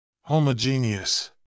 Homogeneous